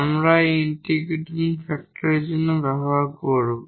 আমরা এই ইন্টিগ্রেটিং ফ্যাক্টরের জন্য ব্যবহার করব